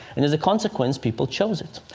and as a consequence, people chose it.